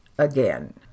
again